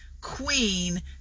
queen